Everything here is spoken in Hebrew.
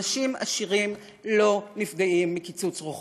אנשים עשירים לא נפגעים מקיצוץ רוחבי.